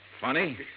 Funny